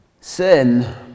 Sin